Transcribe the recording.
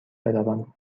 بروم